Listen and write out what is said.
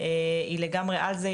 והיא לגמרי על זה,